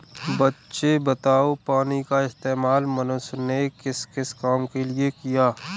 बच्चे बताओ पानी का इस्तेमाल मनुष्य ने किस किस काम के लिए किया?